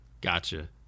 Gotcha